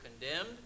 condemned